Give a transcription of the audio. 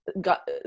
got